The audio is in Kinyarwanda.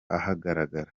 ahagaragara